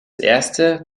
erste